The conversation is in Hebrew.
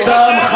אותם חברי כנסת,